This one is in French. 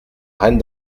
reine